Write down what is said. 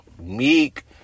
Meek